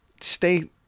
stay